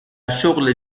شغل